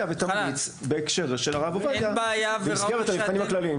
ותמליץ בהקשר של הרב עובדיה במסגרת המבחנים הכלליים.